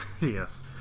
yes